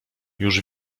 już